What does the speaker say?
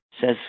says